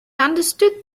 understood